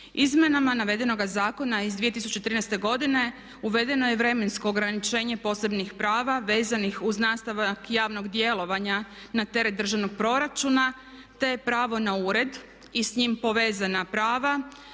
Izmjenama navedenoga zakona iz 2013. godine uvedeno je vremensko ograničenje posebnih prava vezanih uz nastavak javnog djelovanja na teret državnog proračuna, te pravo na ured i s njim povezana prava